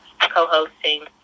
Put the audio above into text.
co-hosting